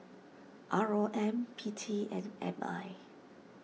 R O M P T and M I